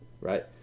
right